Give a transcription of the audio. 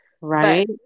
Right